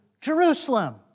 Jerusalem